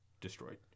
destroyed